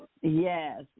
Yes